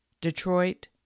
Detroit